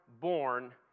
born